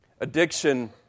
addiction